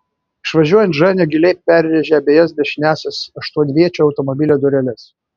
išvažiuojant ženia giliai perrėžė abejas dešiniąsias aštuonviečio automobilio dureles